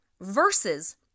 versus